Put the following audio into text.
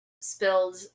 spilled